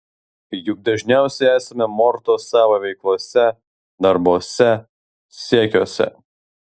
juk dažniausiai esame mortos savo veiklose darbuose siekiuose